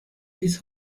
dies